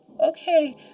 Okay